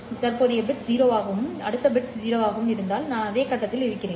எனது தற்போதைய பிட் 0 ஆகவும் எனது அடுத்த பிட் 0 ஆகவும் இருந்தால் நான் அதே கட்டத்தில் இருக்கிறேன்